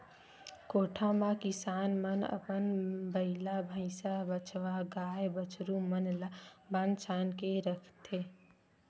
कोठा म किसान मन अपन बइला, भइसा, बछवा, गाय, बछरू मन ल बांध छांद के रखथे